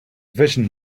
vision